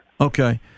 okay